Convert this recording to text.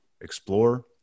explore